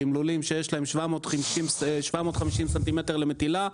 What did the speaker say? וללולים שיש להם 750 ס"מ למטילה,